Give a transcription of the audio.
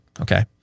Okay